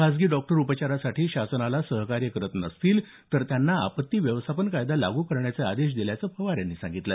खासगी डॉक्टर उपचारासाठी शासनाला सहकार्य करत नसतील तर त्यांना आपत्ती व्यवस्थापन कायदा लागू करण्याचे आदेश दिल्याचं पवार यांनी सांगितलं